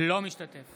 אינו משתתף